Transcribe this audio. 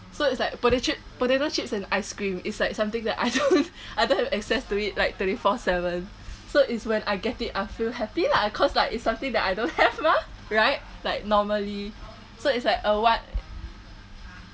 so it's like pota~ chip potato chips and ice cream it's like something that I don't I don't have access to it like twenty four seven so it's when I get it I feel happy lah cause like is something that I don't have mah right like normally so it's like a what